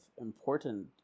important